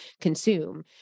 consume